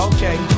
Okay